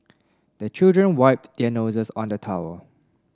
the children wipe their noses on the towel